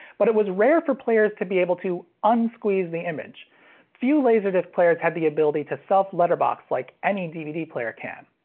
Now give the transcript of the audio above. but it was rare for players to be able to unsqueeze the image few laserdisc players had the ability to self-letterbox like any dvd player can.